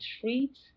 treat